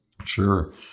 Sure